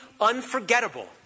unforgettable